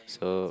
so